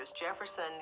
Jefferson